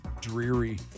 dreary